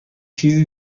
چیزی